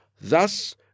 Thus